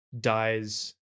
dies